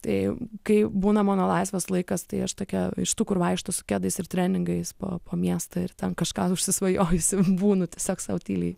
tai kai būna mano laisvas laikas tai aš tokia iš tų kur vaikšto su kedais ir treningais po po miestą ir ten kažką užsisvajojusi būnu tiesiog sau tyliai